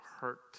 hurt